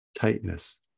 tightness